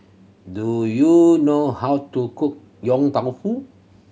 do you know how to cook Yong Tau Foo